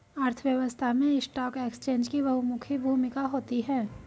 अर्थव्यवस्था में stock exchange की बहुमुखी भूमिका होती है